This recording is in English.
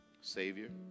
Savior